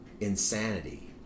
insanity